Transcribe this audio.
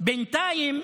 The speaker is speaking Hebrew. בינתיים,